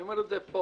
אני אומר את זה פה,